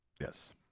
Yes